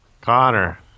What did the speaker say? Connor